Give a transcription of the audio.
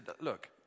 Look